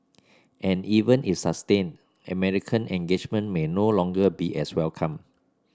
and even if sustained American engagement may no longer be as welcome